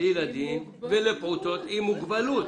לילדים ולפעוטות עם מוגבלות.